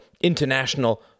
international